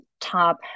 top